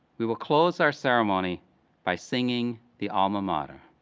we will close our ceremony by singing the alma mater.